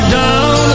down